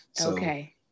Okay